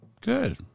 Good